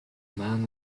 man